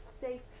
safe